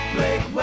Blake